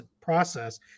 process